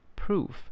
proof